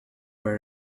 were